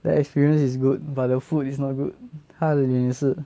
the experience is good but the food is not good 他的脸也是